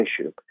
issue